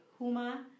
huma